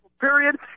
period